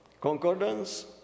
Concordance